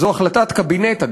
ואגב, זו החלטת קבינט,